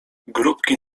grupki